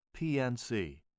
PNC